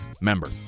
member